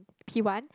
P one